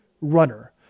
runner